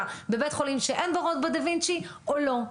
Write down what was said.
בבית חולים שאין בו רובוט דה וינצ'י או לא.